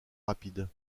rapide